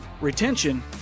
retention